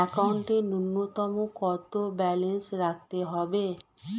একাউন্টে নূন্যতম কত ব্যালেন্স রাখতে হবে?